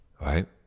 Right